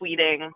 tweeting